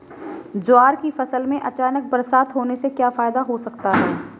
ज्वार की फसल में अचानक बरसात होने से क्या फायदा हो सकता है?